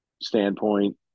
standpoint